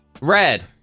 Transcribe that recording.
Red